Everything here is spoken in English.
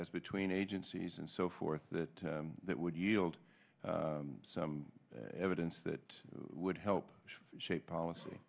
as between agencies and so forth that that would yield some evidence that would help shape policy